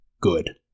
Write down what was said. good